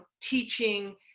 teaching